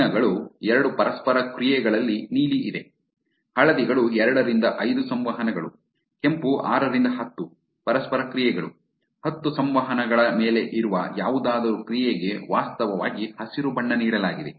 ಬಣ್ಣಗಳು ಎರಡು ಪರಸ್ಪರ ಕ್ರಿಯೆಗಳಲ್ಲಿ ನೀಲಿ ಇದೆ ಹಳದಿಗಳು ಎರಡರಿಂದ ಐದು ಸಂವಹನಗಳು ಕೆಂಪು ಆರರಿಂದ ಹತ್ತು ಪರಸ್ಪರ ಕ್ರಿಯೆಗಳು ಹತ್ತು ಸಂವಹನಗಳ ಮೇಲೆ ಇರುವ ಯಾವುದಾದರೂ ಕ್ರಿಯೆಗೆ ವಾಸ್ತವವಾಗಿ ಹಸಿರು ಬಣ್ಣ ನೀಡಲಾಗಿದೆ